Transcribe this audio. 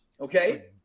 Okay